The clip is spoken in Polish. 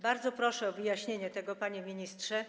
Bardzo proszę o wyjaśnienie tego, panie ministrze.